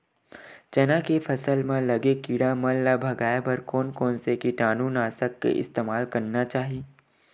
चना के फसल म लगे किड़ा मन ला भगाये बर कोन कोन से कीटानु नाशक के इस्तेमाल करना चाहि?